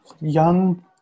young